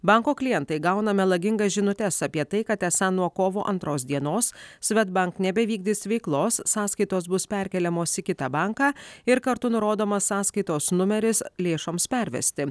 banko klientai gauna melagingas žinutes apie tai kad esą nuo kovo antros dienos svedbank nebevykdys veiklos sąskaitos bus perkeliamos į kitą banką ir kartu nurodomas sąskaitos numeris lėšoms pervesti